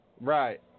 Right